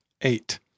Eight